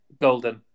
Golden